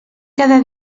cada